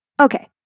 Okay